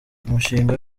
umushinga